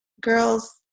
Girls